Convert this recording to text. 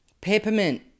Peppermint